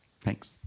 thanks